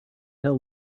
tell